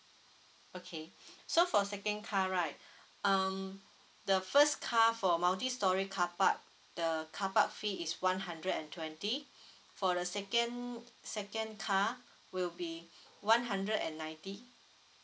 okay so for second car right um the first car for multi storey carpark the carpark fee is one hundred and twenty for the second second car will be one hundred and ninety